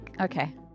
Okay